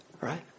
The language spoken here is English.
right